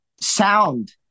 sound